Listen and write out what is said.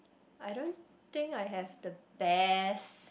I don't think I have the best